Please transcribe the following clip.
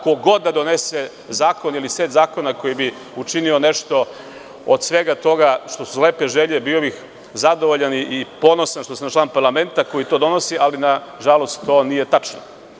Ko god da donese zakon ili set zakona, koji bi učinio nešto od svega toga što su lepe želje, bio bih zadovoljan i ponosan što sam član parlamenta koji to donosi, ali na žalost to nije tačno.